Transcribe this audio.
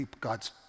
God's